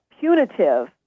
punitive